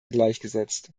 gleichgesetzt